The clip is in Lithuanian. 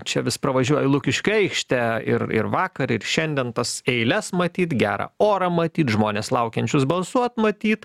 čia vis pravažiuoju lukiškių aikštę ir ir vakar ir šiandien tas eiles matyt gerą orą matyt žmones laukiančius balsuot matyt